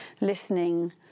listening